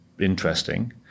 interesting